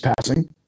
passing